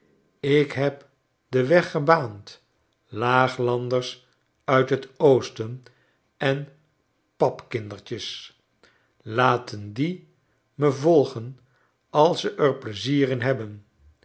ik heb den weg gebaand laaglanders uit het oosten en papkindertjes laten die me volgen als ze r pleizier inhebben ik ben